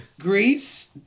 Greece